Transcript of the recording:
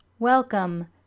Welcome